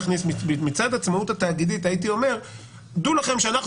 מצד העצמאות התאגידית הייתי אומר: דעו לכם שאנחנו